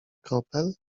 kropel